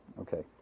Okay